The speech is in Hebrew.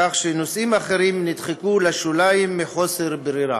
כך שנושאים אחרים נדחקו לשוליים מחוסר ברירה.